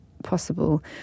possible